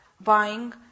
buying